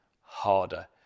harder